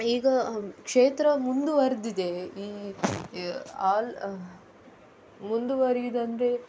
ಈಗ ಕ್ಷೇತ್ರ ಮುಂದುವರೆದಿದೆ ಈ ಆಲ್ ಮುಂದುವರಿಯುದೊಂದು